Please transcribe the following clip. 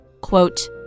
quote